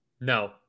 No